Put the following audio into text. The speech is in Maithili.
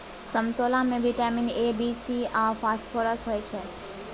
समतोला मे बिटामिन ए, बी, सी आ फास्फोरस होइ छै